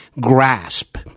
grasp